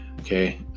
okay